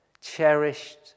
cherished